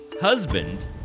husband